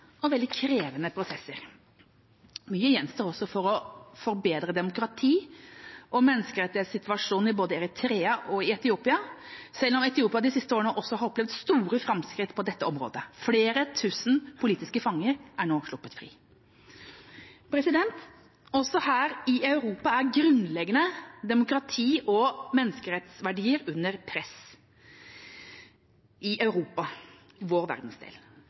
og veldig krevende prosesser. Mye gjenstår også for å forbedre demokrati- og menneskerettighetssituasjonen i både Eritrea og Etiopia, selv om Etiopia de siste årene også har opplevd store framskritt på dette området. Flere tusen politiske fanger er nå sluppet fri. Også her i Europa er grunnleggende demokrati- og menneskerettsverdier under press – i Europa, vår verdensdel.